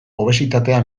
obesitatea